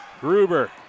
Gruber